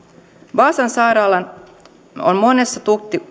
vaasan sairaalan on monessa